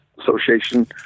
Association